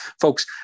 folks